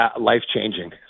life-changing